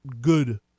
good